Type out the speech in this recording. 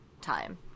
time